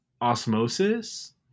osmosis